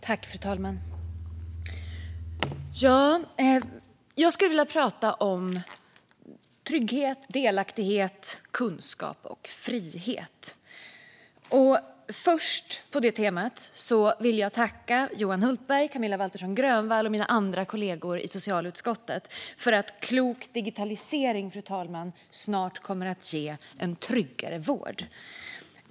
Fru talman! Jag vill prata om trygghet, delaktighet, kunskap och frihet. Först, på det temat, vill jag tacka Johan Hultberg, Camilla Waltersson Grönvall och mina andra kollegor i socialutskottet för att klok digitalisering snart kommer att ge en tryggare vård.